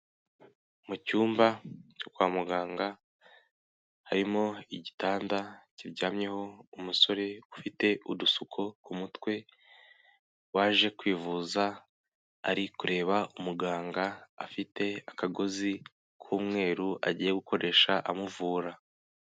Mu cyumba cyo kwa muganga harimo igitanda kiryamyeho umusore ufite udusuko ku mutwe waje kwivuza ari kureba muganga afite akagozi k'umweru agiye gukoresha amuvura.